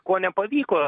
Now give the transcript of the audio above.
ko nepavyko